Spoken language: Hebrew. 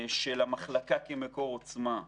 של המחלקה כמקור עוצמה.